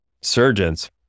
surgeons